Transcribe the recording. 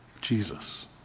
Jesus